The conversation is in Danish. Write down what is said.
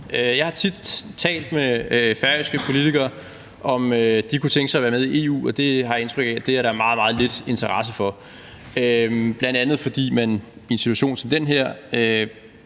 Jeg har tit talt med færøske politikere om, om de kunne tænke sig at være med i EU, og det har jeg indtryk af der er meget, meget lidt interesse for, bl.a. fordi man i en situation som den her